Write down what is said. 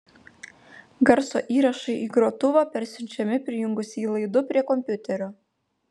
garso įrašai į grotuvą persiunčiami prijungus jį laidu prie kompiuterio